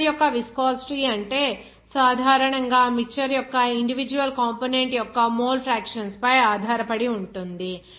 mixture యొక్క viscosity అంటే సాధారణంగా ఆ మిక్చర్ యొక్క ఇండివిడ్యువల్ కంపోనెంట్ యొక్క మోల్ ఫ్రాక్షన్స్ పై ఆధారపడి ఉంటుంది